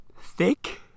thick